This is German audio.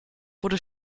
wurde